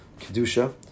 Kedusha